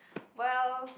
well